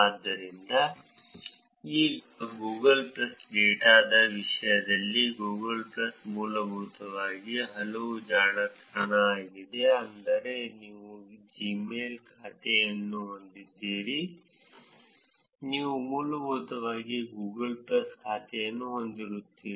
ಆದ್ದರಿಂದ ಈಗ Google Plus ಡೇಟಾದ ವಿಷಯದಲ್ಲಿ ಗೂಗಲ್ ಪ್ಲಸ್ ಮೂಲಭೂತವಾಗಿ ಹೋಲುವ ಜಾಲತಾಣ ಆಗಿದೆ ಅಂದರೆ ನೀವು Gmail ಖಾತೆಯನ್ನು ಹೊಂದಿದ್ದರೆ ನೀವು ಮೂಲಭೂತವಾಗಿ ಗೂಗಲ್ ಪ್ಲಸ್ ಖಾತೆಯನ್ನು ಹೊಂದಿರುತ್ತೀರಿ